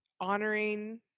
honoring